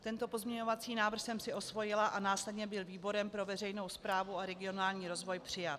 Tento pozměňovací návrh jsem si osvojila a následně byl výborem pro veřejnou správu a regionální rozvoj přijat.